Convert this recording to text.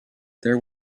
there